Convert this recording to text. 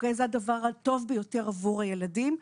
זה הדבר הטוב ביותר עבור הילדים.